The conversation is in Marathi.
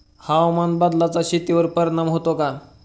हवामान बदलाचा शेतीवर परिणाम होतो का?